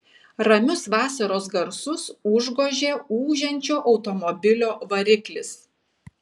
ramius vasaros garsus užgožė ūžiančio automobilio variklis